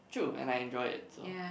true and I enjoy it so